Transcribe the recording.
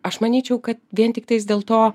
aš manyčiau kad vien tiktais dėl to